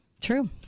true